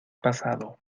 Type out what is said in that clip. pasado